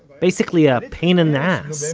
basically a pain in the ass.